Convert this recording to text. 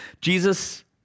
Jesus